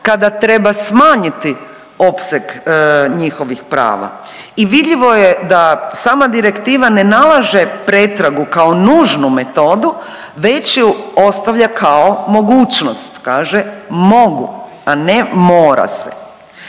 kada treba smanjiti opseg njihovih prava. I vidljivo je da sama direktiva ne nalaže pretragu kao nužnu metodu već ju ostavlja kao mogućnost kaže mogu, a ne mora se.